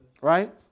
Right